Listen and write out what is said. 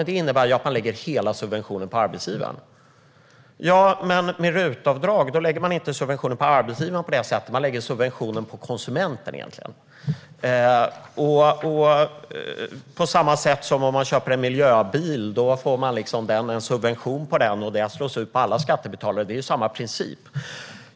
Det innebär ju att man lägger hela subventionen på arbetsgivaren. Med RUT-avdrag lägger man inte subventionen på arbetsgivaren utan på konsumenten. Det är på samma sätt när man köper en miljöbil. Man får en subvention på den, och det slås ut på alla skattebetalare. Det är samma princip.